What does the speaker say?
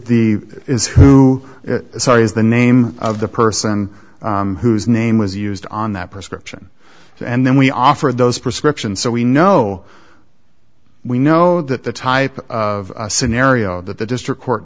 the is who has the name of the person whose name was used on that prescription and then we offer those prescription so we know we know that the type of scenario that the district court